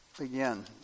Again